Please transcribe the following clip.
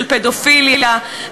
של פדופיליה,